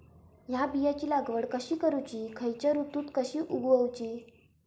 हया बियाची लागवड कशी करूची खैयच्य ऋतुत कशी उगउची?